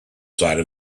side